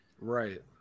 Right